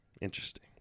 interesting